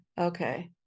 okay